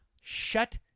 shut